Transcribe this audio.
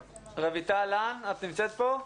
רויטל לן, את נמצאת פה?